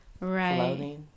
Right